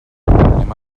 anem